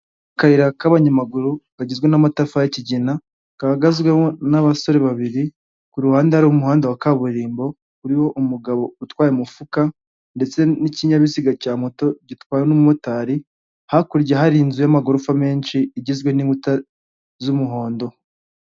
Akayira k'abanyamaguru kagizwe n'amatafari y'ikigina, gahagazwemo n'abasore babiri, ku ruhande hari umuhanda wa kaburimbo, uriho umugabo utwaye umufuka, ndetse n'ikinyabiziga cya moto, gitwawe n'umumotari, hakurya hari inzu y'amagorofa menshi, igizwe n'inkuta z'umuhondo.